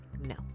No